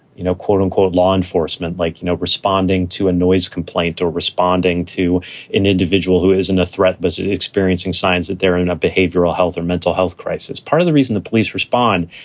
you know quote unquote, law enforcement like, you know, responding to a noise complaint or responding to an individual who isn't a threat, was experiencing signs that they're in a behavioral health or mental health crisis. part of the reason the police respond,